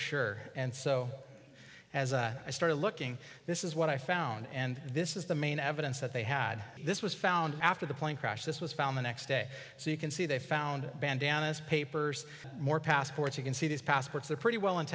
sure and so i started looking this is what i found and this is the main evidence that they had this was found after the plane crash this was found the next day so you can see they found bandanas papers more passports you can see these passports they're pretty well